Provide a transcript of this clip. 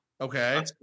Okay